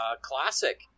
classic